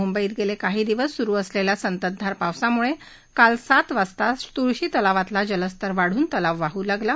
मुंबईत गेले काही दिवस सुरू असलेल्या संततधार पावसामुळे काल सात वाजता तुळशी तलावातला जलस्तर वाढून तलाव वाडू लागला